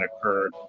occurred